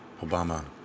Obama